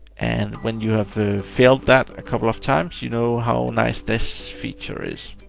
and when you have failed that a couple of times, you know how nice this feature is.